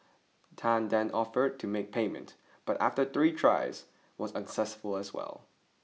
Tan then offered to make payment but after three tries was unsuccessful as well